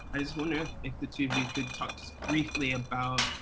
i just wonder if the two of you could talk just briefly about,